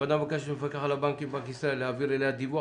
הוועדה מבקשת מהמפקח על הבנקים בבנק ישראל להעביר אליה דיווח